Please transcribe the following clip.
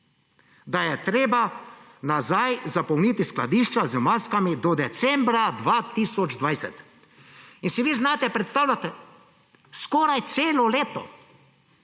da je treba nazaj zapolniti skladišča z maskami do decembra 2020. Ali si vi znate predstavljati? Skoraj celo leto